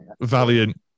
Valiant